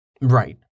Right